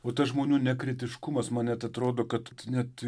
o tas žmonių nekritiškumas man net atrodo kad net